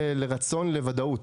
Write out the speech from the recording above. על הרצון לוודאות.